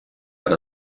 per